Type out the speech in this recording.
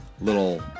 little